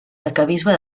arquebisbe